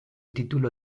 título